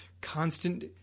constant